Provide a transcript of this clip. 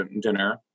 dinner